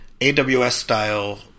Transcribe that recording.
AWS-style